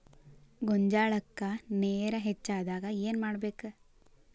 ಗೊಂಜಾಳಕ್ಕ ನೇರ ಹೆಚ್ಚಾದಾಗ ಏನ್ ಮಾಡಬೇಕ್?